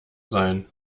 sein